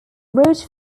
roach